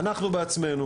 אנחנו בעצמנו.